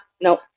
no